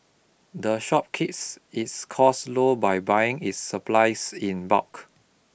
the shop keeps its costs low by buying its supplies in bulk